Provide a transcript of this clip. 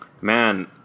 Man